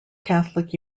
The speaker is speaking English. catholic